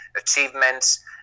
achievements